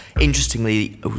Interestingly